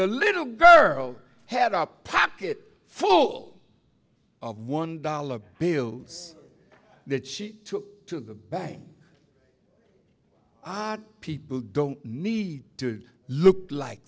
the little girl had up pocket full of one dollar bills that she took to the bank odd people don't need to look like